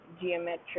geometric